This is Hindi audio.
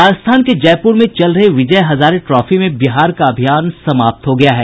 राजस्थान के जयपुर में चल रहे विजय हजारे ट्रॉफी में बिहार का अभियान समाप्त हो गया है